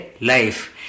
life